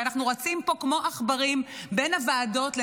ואנחנו רצים פה כמו עכברים בין הוועדות כדי